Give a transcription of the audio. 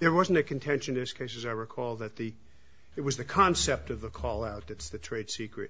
there wasn't a contentious cases i recall that the it was the concept of the call out that's the trade secret